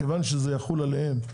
מכיוון שזה יחול עליהם,